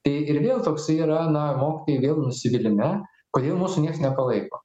tai ir vėl toksai yra na mokytojai vėl nusivylime kodėl mūsų nieks nepalaiko